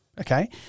Okay